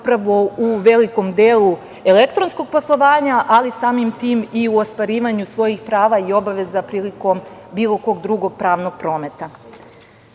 upravo u velikom delu elektronskog poslovanja, ali samim tim i u ostvarivanju svojih prava i obaveza prilikom bilo kog drugog pravnog prometa. Takođe